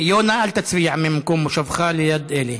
יונה, אל תצביע ממקום מושבך ליד אלי.